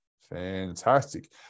Fantastic